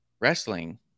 wrestling